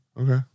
okay